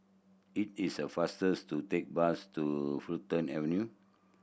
it is a fastest to take bus to Fulton Avenue